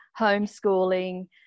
homeschooling